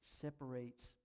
Separates